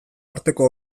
arteko